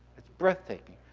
it's breathtaking.